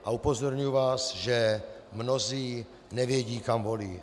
A upozorňuji vás, že mnozí nevědí, kam volí.